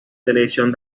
televisión